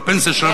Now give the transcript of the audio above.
בפנסיה שלנו,